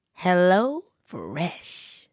HelloFresh